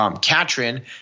Katrin